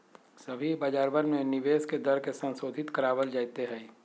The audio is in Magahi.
सभी बाजारवन में निवेश के दर के संशोधित करावल जयते हई